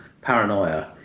paranoia